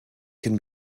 can